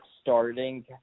starting